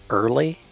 early